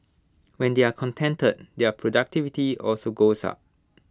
when they are contented their productivity also goes up